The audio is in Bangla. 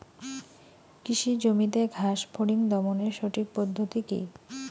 কৃষি জমিতে ঘাস ফরিঙ দমনের সঠিক পদ্ধতি কি?